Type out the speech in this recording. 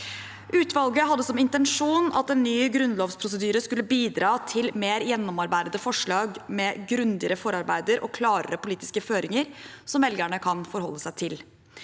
Utvalget hadde som intensjon at en ny grunnlovsprosedyre skulle bidra til mer gjennomarbeidede forslag, med grundigere forarbeider og klarere politiske føringer som velgerne kan forholde seg til.